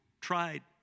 tried